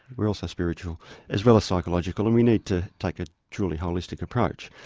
we're also spiritual as well as psychological, and we need to take a truly holistic approach.